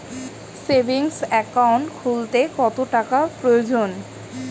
Savings account খুলতে কত টাকার প্রয়োজন?